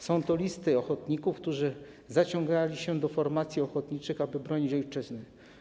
Są to listy ochotników, którzy zaciągali się do formacji ochotniczych, aby bronić ojczyzny.